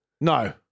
No